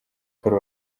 paul